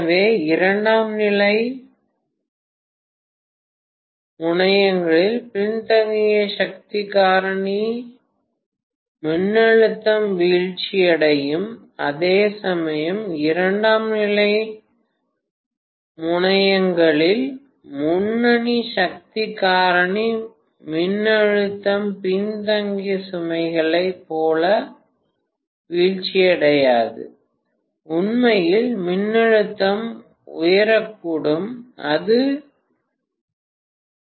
எனவே இரண்டாம் நிலை முனையங்களில் பின்தங்கிய சக்தி காரணி மின்னழுத்தம் வீழ்ச்சியடையும் அதேசமயம் இரண்டாம் நிலை முனையங்களில் முன்னணி சக்தி காரணி மின்னழுத்தம் பின்தங்கிய சுமைகளைப் போல வீழ்ச்சியடையாது உண்மையில் மின்னழுத்தம் உயரக்கூடும் அது உயரக்கூடும்